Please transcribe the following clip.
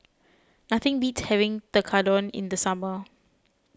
nothing beats having Tekkadon in the summer